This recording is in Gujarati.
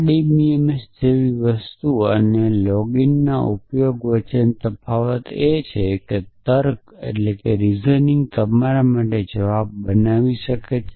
RDBMS જેવી વસ્તુ અને લોગિનના ઉપયોગ વચ્ચેનો તફાવત એ છે કે તર્ક તમારા માટે જવાબો બનાવી શકો છે